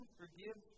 forgive